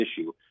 issue